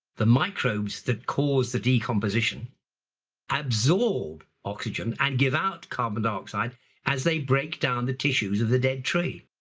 the microbes that cause the decomposition absorb oxygen and give out carbon dioxide as they break down the tissues of the dead tree.